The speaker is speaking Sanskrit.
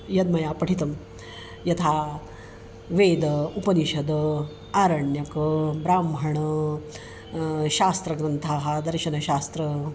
यद् मया पठितं यथा वेदः उपनिषदः आरण्यकं ब्राह्मणं शास्त्रग्रन्थाः दर्शनशास्त्रम्